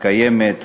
קיימת,